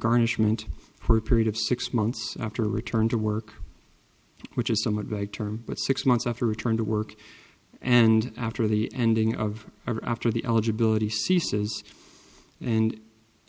garnishment for a period of six months after return to work which is somewhat vague term but six months after return to work and after the ending of or after the eligibility ceases and